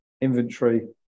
inventory